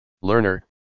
Learner